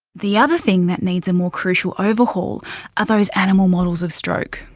the other thing that needs a more crucial overhaul are those animal models of stroke.